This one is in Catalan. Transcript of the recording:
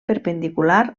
perpendicular